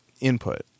input